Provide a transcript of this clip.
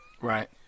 Right